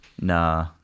Nah